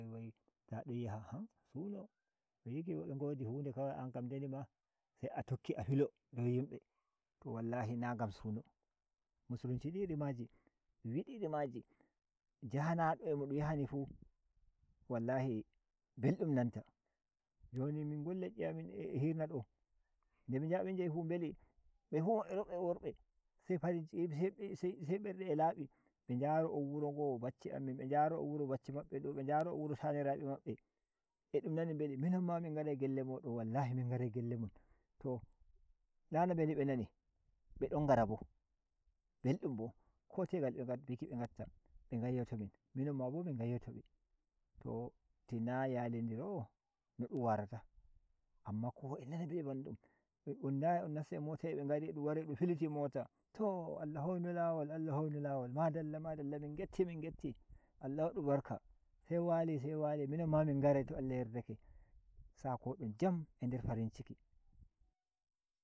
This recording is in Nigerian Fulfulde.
Wai ta don yaha suno yiki bre ngodi hu nde ankam deni ma se a tokki a filo dow yimbe to wallhi nan gam sun musulunci yi du iri maji dun yahani fu wallahi belɗum nanta joni min gon le’i amin a hirna do nde mia jahi min jahi fu mbeli befu mabbe reube a worbe se far in ser ser berde a labi be njara on wuro tanirabe mabbe minon ma min ngarai gelle mo don wallahi min ngarai gelle mon to nan a mbeli be nani be don ngara bo beldum bo ko tegal be a biki be gayyoto min minon ma bo min gayyoto be to tina yali ndiro no dun warata anma kowa a nana beli bandum on jahai on nastai mota ma a be ngari a dun wari a dum fiiti mota to Allah hoinu lawol Allah hoinu lawol madallah madallah min ngetti Allah wadu barka se wali se wali minon ma min ngarai to Allah yardake sako don jam a nder farinciki.